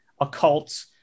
occult